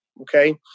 Okay